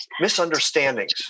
misunderstandings